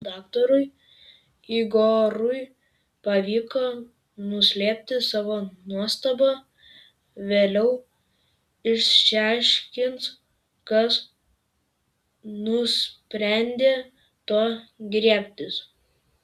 daktarui igorui pavyko nuslėpti savo nuostabą vėliau išsiaiškins kas nusprendė to griebtis